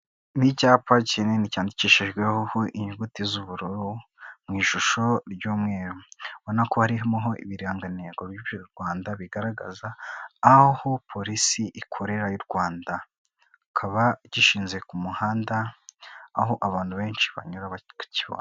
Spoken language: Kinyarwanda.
Ni icyapa kinini cyandikishijweho inyuguti z'ubururu mu ishusho ry'umweru, ubona ko harimo ibiranganigo by'u Rwanda bigaragaza aho aho polisi ikorera y'u Rwanda, ikaba gishinze ku muhanda, aho abantu benshi banyura bakakibona.